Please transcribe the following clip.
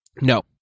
no